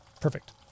perfect